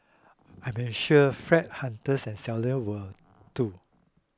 I'm ensure flat hunters and seller will too